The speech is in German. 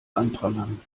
anprangern